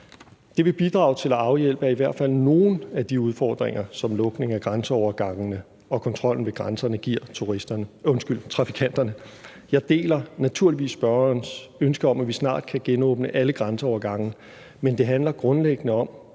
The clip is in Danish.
Det vil bidrage til at afhjælpe i hvert fald nogle af de udfordringer, som lukningen af grænseovergangene og kontrollen ved grænserne giver trafikanterne. Jeg deler naturligvis spørgerens ønske om, at vi snart kan genåbne alle grænseovergange, men det handler grundlæggende om,